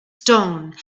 stone